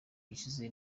gishize